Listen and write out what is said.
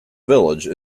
village